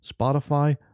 Spotify